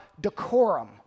decorum